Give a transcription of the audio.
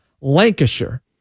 Lancashire